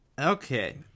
okay